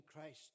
Christ